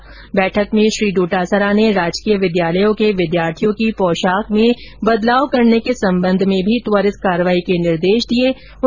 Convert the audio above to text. वहीं बैठक में श्री डोटासरा ने राजकीय विद्यालयों के विद्यार्थियों की पोशाक में परिवर्तन करने के संबध में भी त्वरित कार्यवाही करने के निर्देश दिए गए